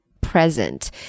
present